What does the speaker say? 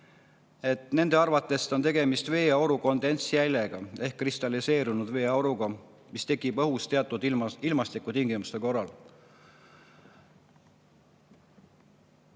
et nende arvates on tegemist veeauru kondensjäljega ehk kristalliseerunud veeauruga, mis tekib õhus teatud ilmastikutingimuste korral.